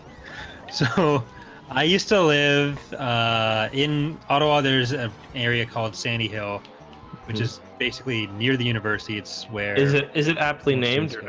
so i used to live in auto others of area called sandy hill which is basically near the university. it's where is it? is it aptly named?